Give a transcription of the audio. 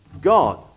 God